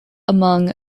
among